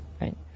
right